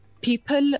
people